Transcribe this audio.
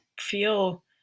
feel